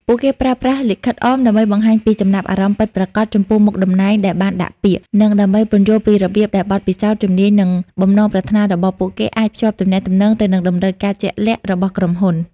ពួកគេប្រើប្រាស់ លិខិតអម ដើម្បីបង្ហាញពីចំណាប់អារម្មណ៍ពិតប្រាកដចំពោះមុខតំណែងដែលបានដាក់ពាក្យ និងដើម្បីពន្យល់ពីរបៀបដែលបទពិសោធន៍ ជំនាញ និងបំណងប្រាថ្នារបស់ពួកគេអាចភ្ជាប់ទំនាក់ទំនងទៅនឹងតម្រូវការជាក់លាក់របស់ក្រុមហ៊ុន។